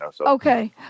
Okay